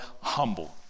humble